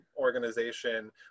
organization